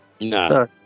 No